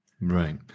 Right